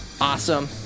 awesome